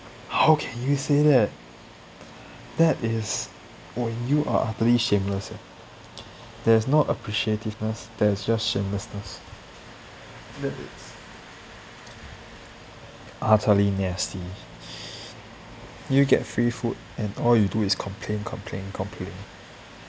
how can you say that that is oh you are utterly shameless eh there's no appreciativeness there's just shamelessness that is utterly nasty you get free food and all you do is complain complain complain